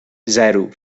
zero